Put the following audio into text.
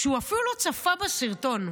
שהוא אפילו לא צפה בסרטון,